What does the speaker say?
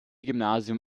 gymnasium